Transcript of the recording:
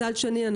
מצד שני,